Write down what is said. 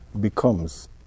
becomes